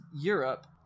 Europe